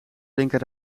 linker